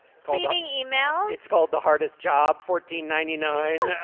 it's called yeah yeah e-mail. it's called the hardest job fourteen ninety nine yeah